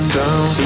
down